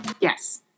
Yes